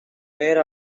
made